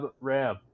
ram